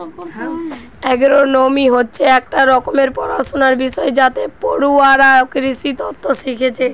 agronomy হচ্ছে একটা রকমের পড়াশুনার বিষয় যাতে পড়ুয়ারা কৃষিতত্ত্ব শিখছে